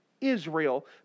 Israel